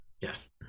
Yes